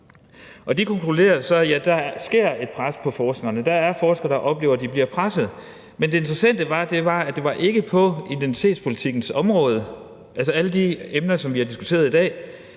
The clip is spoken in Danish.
De konkluderer så: Ja, der sker et pres på forskerne. Der er forskere, der oplever, de bliver presset. Men det interessante var, at det ikke var på identitetspolitikkens område, altså alle de emner, som vi har diskuteret i dag,